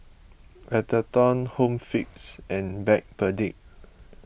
Atherton Home Fix and Backpedic